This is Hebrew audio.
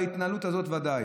בהתנהלות הזאת בוודאי,